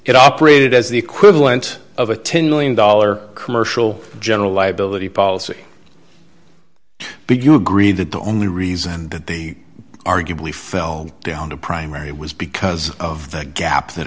it operated as the equivalent of a ten million dollars commercial general liability policy big you agreed that the only reason that the arguably fell down the primary was because of the gap that